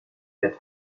der